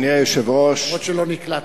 אף-על-פי שלא נקלטת.